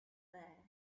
there